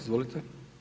Izvolite.